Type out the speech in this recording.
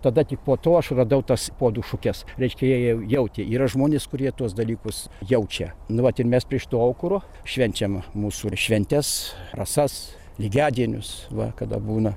tada tik po to aš radau tas puodų šukes reiškia jie jau jautė yra žmonės kurie tuos dalykus jaučia nu vat ir mes prie šito aukuro švenčiam mūsų šventes rasas lygiadienius va kada būna